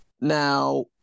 Now